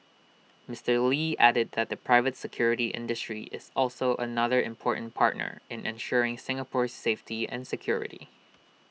Mister lee added that the private security industry is also another important partner in ensuring Singapore's safety and security